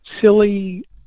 silly